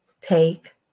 take